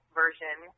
version